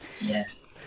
Yes